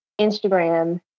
Instagram